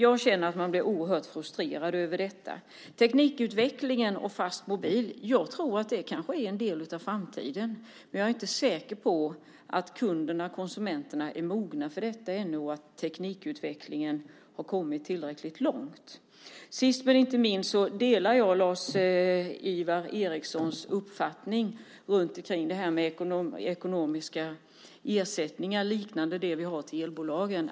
Jag känner att man blir oerhört frustrerad över detta. När det gäller teknikutvecklingen och Fastmobil tror jag att det kanske är en del av framtiden. Men jag är inte säker på att kunderna, konsumenterna, ännu är mogna för detta och att teknikutvecklingen har kommit tillräckligt långt. Sist men inte minst delar jag Lars-Ivar Ericsons uppfattning om det här med ekonomiska ersättningar liknande de överenskommelser vi har med elbolagen.